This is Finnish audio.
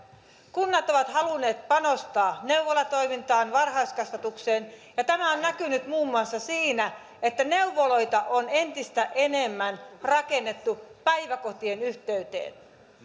kunnat ovat halunneet panostaa neuvolatoimintaan varhaiskasvatukseen ja tämä on näkynyt muun muassa siinä että neuvoloita on entistä enemmän rakennettu päiväkotien yhteyteen